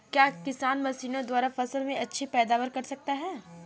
क्या किसान मशीनों द्वारा फसल में अच्छी पैदावार कर सकता है?